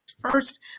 First